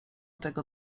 tego